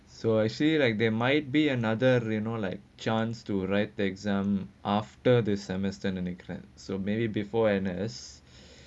so I say like there might be another you know like chance to write the exam after the semester so maybe before N_S